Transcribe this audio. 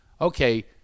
okay